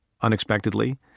unexpectedly